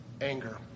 anger